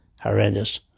horrendous